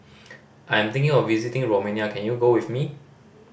I'm thinking of visiting Romania can you go with me